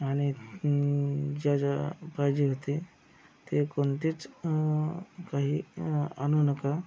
आणि ज्या ज्या भाजी होती ते कोणतीच काही आणू नका